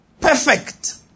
perfect